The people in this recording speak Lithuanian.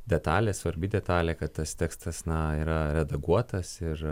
detalė svarbi detalė kad tas tekstas na yra redaguotas ir